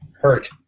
hurt